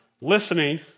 listening